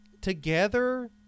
together